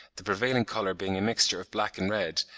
the prevailing colour being a mixture of black and red,